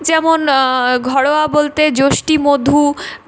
যেমন ঘরোয়া বলতে যষ্টিমধু